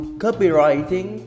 copywriting